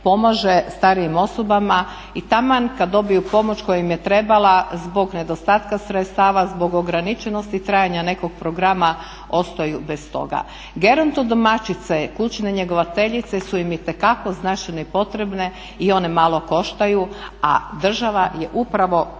pomaže starijim osobama i taman kada dobiju pomoć koja im je trebala zbog nedostatka sredstava, zbog ograničenosti trajanja nekog programa ostaju bez toga. Gerontodomaćice, kućne njegovateljice su im itekako značajne i potrebne i one malo koštaju, a država je upravo između